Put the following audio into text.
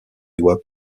doigts